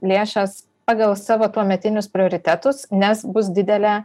lėšas pagal savo tuometinius prioritetus nes bus didelė